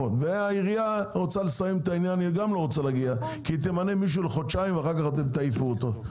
העירייה גם לא רוצה להגיע כי היא תמנה מישהו לחודשיים ואז תעיפו אותו.